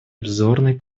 обзорной